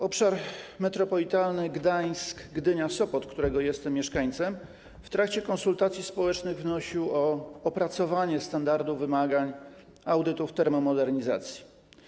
Obszar metropolitalny Gdańsk-Gdynia-Sopot, którego jestem mieszkańcem, w trakcie konsultacji społecznych wnosił o opracowanie standardów wymagań audytów termomodernizacji.